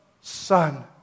Son